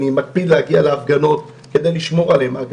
אני מקפיד להגיע להפגנות כדי לשמור עליהם,